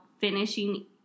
finishing